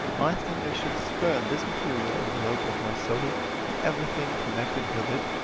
i think i should spurn this material envelope of my soul and everything connected with it,